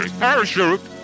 parachute